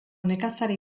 nekazari